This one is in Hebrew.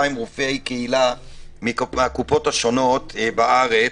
רופאי קהילה מקופות החולים השונות בארץ,